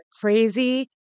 crazy